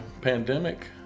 pandemic